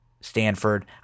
Stanford